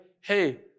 hey